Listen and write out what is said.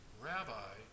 Rabbi